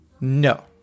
No